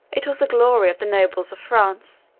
it was the glory of the nobles of france,